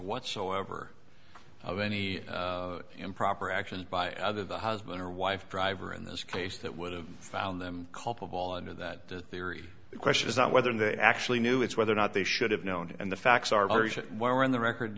whatsoever of any improper actions by either the husband or wife driver in this case the i would have found them culpable under that theory the question is not whether they actually knew it's whether or not they should have known and the facts are where in the record